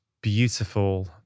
beautiful